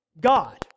God